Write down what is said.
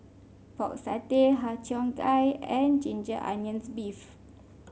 Pork Satay Har Cheong Gai and Ginger Onions beef